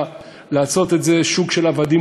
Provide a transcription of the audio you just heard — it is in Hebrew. ולעשות את זה שוק של עבדים,